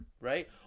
right